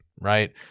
Right